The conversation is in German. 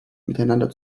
miteinander